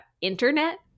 Internet